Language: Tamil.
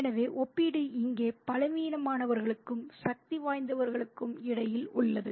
எனவே ஒப்பீடு இங்கே பலவீனமானவர்களுக்கும் சக்திவாய்ந்தவர்களுக்கும் இடையில் உள்ளது